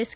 S